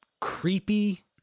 creepy